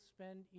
spend